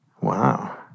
Wow